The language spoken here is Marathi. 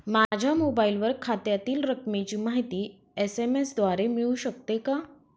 माझ्या मोबाईलवर खात्यातील रकमेची माहिती एस.एम.एस द्वारे मिळू शकते का?